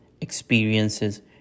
experiences